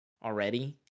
already